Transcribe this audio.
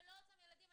זה לא אותם ילדים.